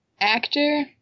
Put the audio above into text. actor